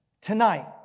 tonight